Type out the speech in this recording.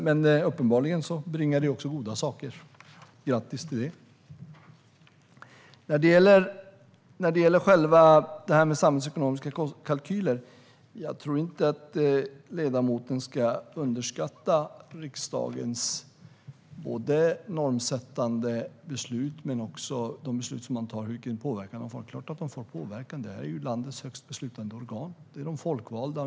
Men uppenbarligen bringade det också goda saker - grattis till det! När det gäller samhällsekonomiska kalkyler tror jag inte att ledamoten ska underskatta riksdagens normsättande beslut och den påverkan dessa får. Det är klart att de får påverkan - detta är ju landets högsta beslutande organ och folkvalda.